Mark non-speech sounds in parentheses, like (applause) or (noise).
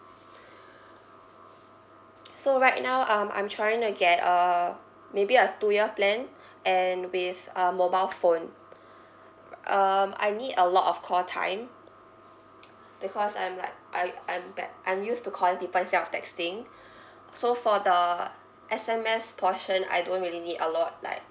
(breath) (noise) so right now um I'm trying to get uh uh maybe a two year plan and with a mobile phone (noise) um I need a lot of call time because I'm like I I'm ba~ I'm used to calling people instead of texting so for the S_M_S portion I don't really need a lot like